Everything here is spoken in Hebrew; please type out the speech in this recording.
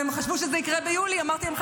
הם חשבו שזה יקרה ביולי אמרתי להם,